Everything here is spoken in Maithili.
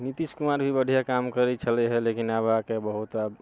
नीतीश कुमार भी बढ़िआँ काम करै छलै हँ लेकिन अब आके बहुत आब